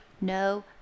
no